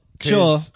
Sure